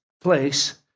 place